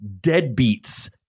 Deadbeats